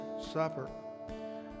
Supper